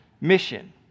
Mission